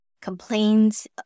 complains